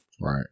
Right